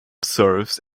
serves